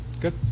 Good